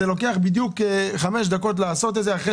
לוקח בדיוק חמש דקות לעשות את זה אחרי